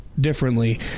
differently